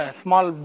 small